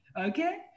Okay